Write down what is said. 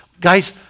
Guys